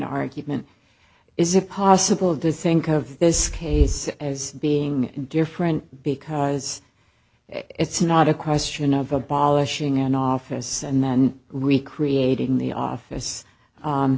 argument is it possible to think of this case as being different because it's not a question of abolishing an office and recreating the office